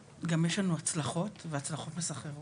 גם יש לנו הצלחות והצלחות מסחררות.